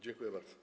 Dziękuję bardzo.